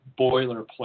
boilerplate